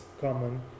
common